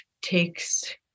takes